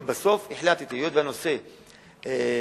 אבל בסוף החלטתי: היות שהנושא מתפרש,